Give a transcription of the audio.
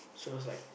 so is like